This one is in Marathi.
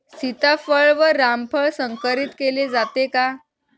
सीताफळ व रामफळ संकरित केले जाते का?